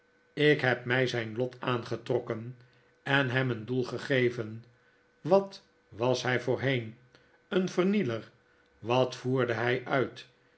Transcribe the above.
ik heb my zijn lot aangetrokken en hem een doel gegeven wat was by voorheen een vernieler wat voerde hy uit